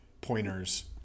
pointers